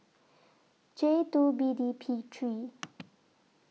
J two B D P three